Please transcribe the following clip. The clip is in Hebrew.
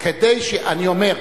אני אומר,